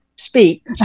speak